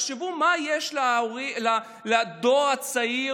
תחשבו מה יש לדור הצעיר